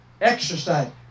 exercise